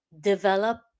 develop